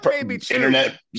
internet